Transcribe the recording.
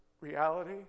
reality